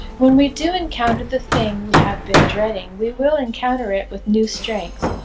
when we do encounter the thing we have been dreading, we will encounter it with new strength!